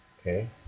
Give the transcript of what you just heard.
Okay